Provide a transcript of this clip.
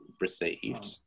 received